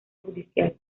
judicial